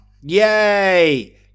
Yay